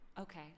Okay